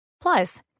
Plus